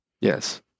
Yes